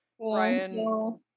Ryan